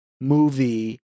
movie